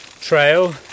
trail